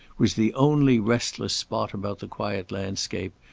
was the only restless spot about the quiet landscape,